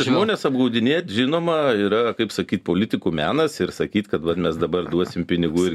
žmones apgaudinėt žinoma yra kaip sakyt politikų menas ir sakyt kad vat mes dabar duosim pinigų ir